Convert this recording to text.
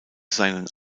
seinen